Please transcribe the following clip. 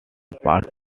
part